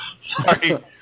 Sorry